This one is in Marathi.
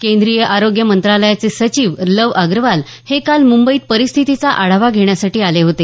केंद्रीय आरोग्य मंत्रालयाचे सचिव लव अग्रवाल हे काल मुंबईत परिस्थितीचा आढावा घेण्यासाठी आले होते